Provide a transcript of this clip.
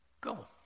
go